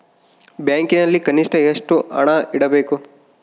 ಬ್ಯಾಂಕಿನಲ್ಲಿ ಕನಿಷ್ಟ ಎಷ್ಟು ಹಣ ಇಡಬೇಕು?